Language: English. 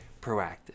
proactive